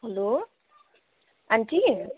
hello aunty